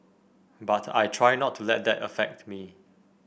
but I try not to let that affect me